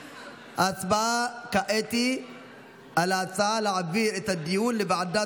ההצבעה כעת היא על ההצעה להעביר את הדיון לוועדת